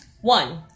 One